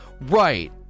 right